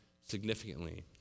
significantly